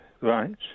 Right